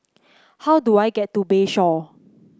how do I get to Bayshore